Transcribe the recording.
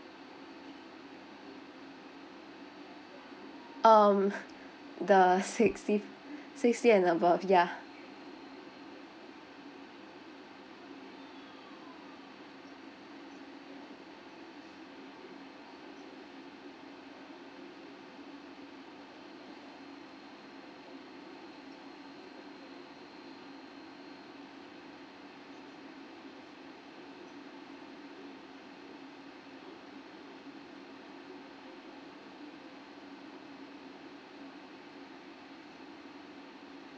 um the sixty sixty and above ya